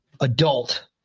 adult